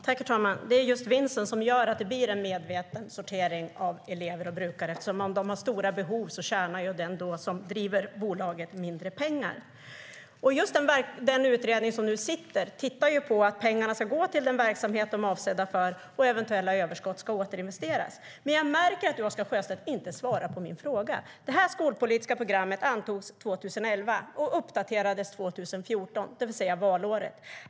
Herr talman! Det är just vinsten som leder till en medveten sortering av elever och brukare. Om de har stora behov tjänar den som driver bolaget mindre pengar. Den utredning som nu arbetar tittar just på att pengarna ska gå till den verksamhet som de är avsedda för och att eventuella överskott ska återinvesteras. Jag märker att du inte svarar på min fråga, Oscar Sjöstedt. Ert skolpolitiska program antogs 2011 och uppdaterades 2014, det vill säga valåret.